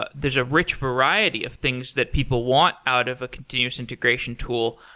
but there's a rich variety of things that people want out of a continuous integration tool.